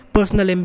Personal